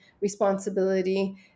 responsibility